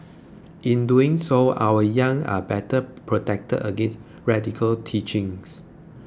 in doing so our young are better protected against radical teachings